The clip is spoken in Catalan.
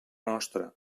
nostra